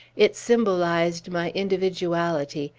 it symbolized my individuality,